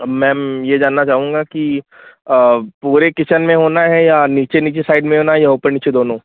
ma'am ये जानना चाहूँगा कि पूरे किचन में होना है या नीचे नीचे साइड में होना है या ऊपर नीचे दोनों